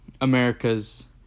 America's